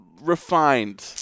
refined